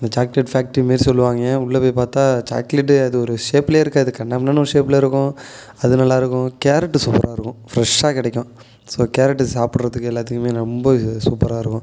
அந்த chocolate factory மாதிரி சொல்லுவாங்க உள்ளே போய் பார்த்தா சாக்லேட்டே அது ஒரு ஷேப்லையே இருக்காது கண்ணா பின்னான்னு ஒரு ஷேப்பில் இருக்கும் அது நல்லா இருக்கும் கேரட்டு சூப்பராகருக்கும் ஃப்ரெஷ்ஷாக கிடைக்கும் ஸோ கேரட்டு சாப்பிடறதுக்கு எல்லாத்துக்குமே ரொம்ப சூப்பராகருக்கும்